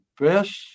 best